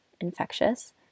infectious